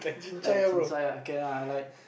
like chincai ah can ah like